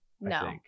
no